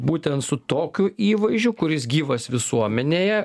būtent su tokiu įvaizdžiu kuris gyvas visuomenėje